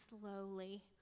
slowly